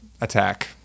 attack